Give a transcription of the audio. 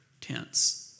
tense